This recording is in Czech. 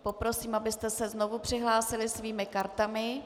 Poprosím, abyste se znovu přihlásili svými kartami.